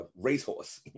racehorse